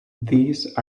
these